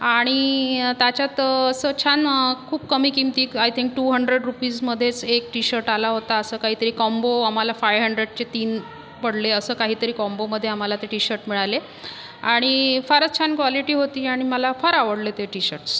आणि त्याच्यात असं छान खूप कमी किमतीत आय थिंक टू हंड्रेड रूपीजमध्येच एक टी शर्ट आला होता असं काही ते कॉम्बो अंमल फायु हंड्रेडचे तीन पडले असं काहीतरी कॉम्बोमधे आम्हाला ती टी शर्ट मिळाले आणि फारच छान क्वालिटी होती आणि मला फार आवडले ते टी शर्टस्